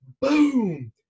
boom